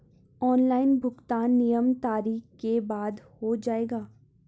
Online भुगतान नियत तारीख के बाद हो जाएगा?